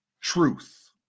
truth